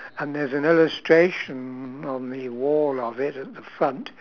and there's an illustration on the wall of it at the front